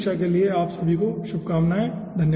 अंतिम परीक्षा के लिए आपको शुभकामनाएं